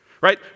Right